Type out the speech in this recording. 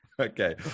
okay